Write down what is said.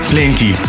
Plenty